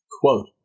quote